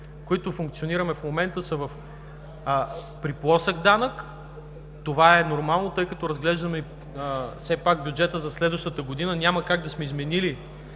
които функционираме в момента, са при плосък данък. Това е нормално, тъй като разглеждаме все пак бюджета за следващата година. Няма как да сме изменили